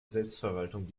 selbstverwaltung